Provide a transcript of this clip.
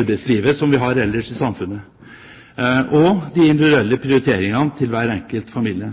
arbeidslivet vi har ellers i samfunnet, og de individuelle prioriteringene til hver enkelt familie.